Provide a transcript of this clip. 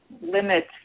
limit